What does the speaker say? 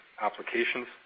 applications